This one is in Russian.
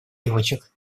девочек